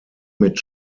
mit